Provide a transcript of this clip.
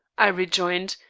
i rejoined,